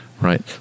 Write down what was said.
right